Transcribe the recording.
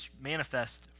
manifest